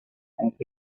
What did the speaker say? thank